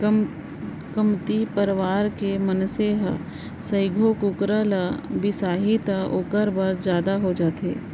कमती परवार के मनसे ह सइघो कुकरा ल बिसाही त ओकर बर जादा हो जाथे